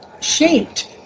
shaped